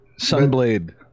Sunblade